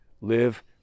live